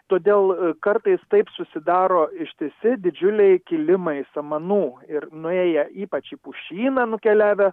todėl kartais taip susidaro ištisi didžiuliai kilimai samanų ir nuėję ypač į pušyną nukeliavę